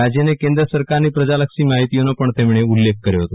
રાજય અને કેન્દ્ર સરકારની પ્રજાલક્ષી માહિતીઓનો પણ તેમણે ઉલ્લેખ કર્યો હતો